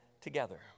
together